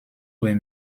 were